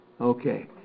Okay